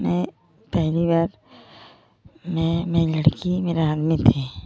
मैं पहली बार मैं मेरी लड़की मेरा आदमी थे